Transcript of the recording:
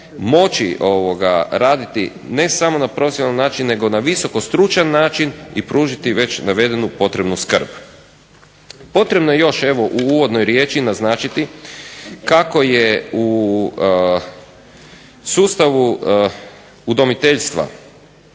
moći raditi ne samo na profesionalan način nego na visoko stručan način i pružiti već navedenu potrebnu skrb. Potrebno je još u uvodnoj riječi naznačiti kako je u sustavu udomiteljstva